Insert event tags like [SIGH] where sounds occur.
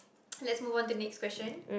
[NOISE] let's move on to next question